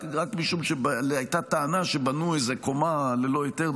רק משום שהייתה טענה שבנו איזה קומה ללא היתר.